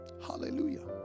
Hallelujah